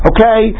Okay